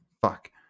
Fuck